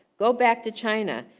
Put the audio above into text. go back to china.